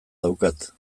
daukat